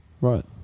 right